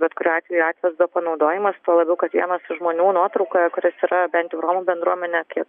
bet kuriuo atveju atvaizdo panaudojimas tuo labiau kad vienas iš žmonių nuotraukoje kuris yra bent jau romų bendruomenė kaip